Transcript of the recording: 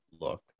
look